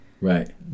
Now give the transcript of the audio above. Right